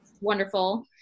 Wonderful